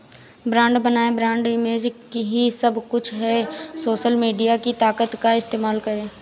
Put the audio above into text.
brand बनाएं, brand image ही सब कुछ है, सोशल मीडिया की ताकत का इस्तेमाल करें